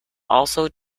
also